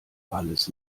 alles